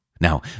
Now